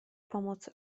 pomoc